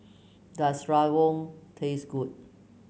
does rawon taste good